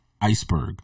iceberg